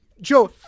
Joe